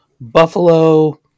Buffalo